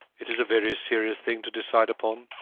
it is a very serious thing to decide upon,